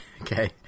Okay